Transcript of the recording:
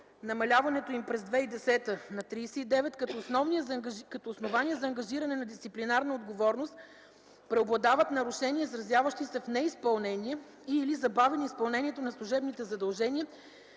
намаляването им през 2010 г. е на 39 бр. Като основания за ангажиране на дисциплинарна отговорност преобладават нарушения, изразяващи се в неизпълнение и/или забавяне изпълнението на служебните задължения